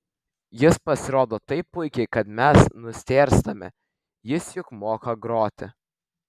jis pasirodo taip puikiai kad mes nustėrstame jis juk moka groti